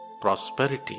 prosperity